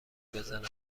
بزنم